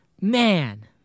man